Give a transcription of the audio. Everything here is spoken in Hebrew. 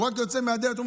הוא רק יוצא מהדלת,